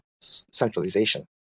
centralization